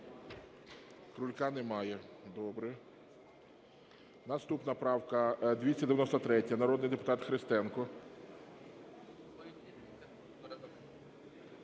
Крулька немає. Добре. Наступна правка 293, народний депутат Христенко.